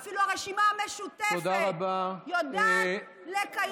אפילו הרשימה המשותפת יודעת לקיים